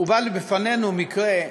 הובא בפנינו מקרה,